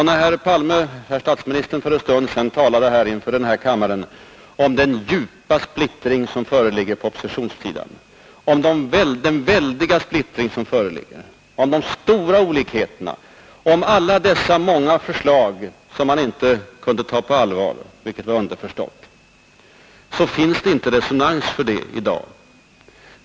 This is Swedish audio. När herr statsministern för en stund sedan talade i kammaren om den djupa splittring som föreligger på oppositionssidan, om de stora olikheterna, om alla dessa många förslag som man inte — vilket var underförstått — kunde ta på allvar, så finns inte resonans därför i dag.